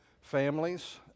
families